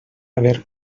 haver